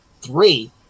three